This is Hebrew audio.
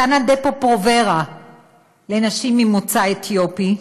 מתן דפו-פרוברה לנשים ממוצא אתיופי,